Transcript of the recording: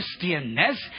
christianness